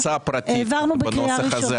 הייתה לו גם הצעה פרטית בנוסח הזה.